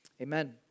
amen